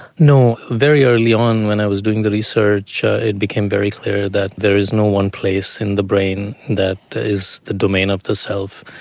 no. very early on when i was doing the research ah it became very clear that there is no one place in the brain that is the domain of the self.